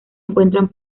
encuentran